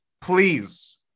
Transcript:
please